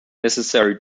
necessary